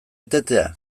etetea